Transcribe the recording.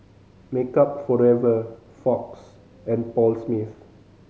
Makeup Forever Fox and Paul Smith